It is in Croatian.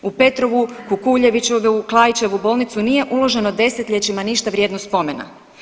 U Petrovu, Kukuljevićevu, Klaićevu bolnicu nije uloženo desetljećima ništa vrijedno spomena.